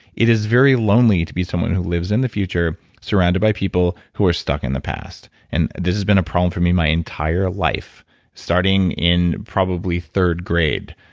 it is very lonely to be someone who lives in the future surrounded by people who are stuck in the past and this has been a problem for me my entire life starting in probably third grade.